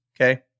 okay